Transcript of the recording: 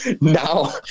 now